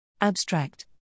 Abstract